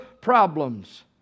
problems